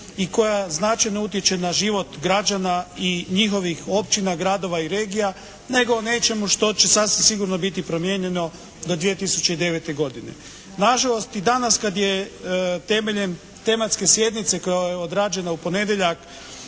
i koja značajno utječe na život građana i njihovih općina, gradova i regija nego o nečemu što će sasvim sigurno biti promijenjeno do 2009. godine. Na žalost i danas kad je temeljem tematske sjednice koja je odrađena u ponedjeljak